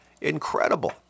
Incredible